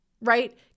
right